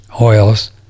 oils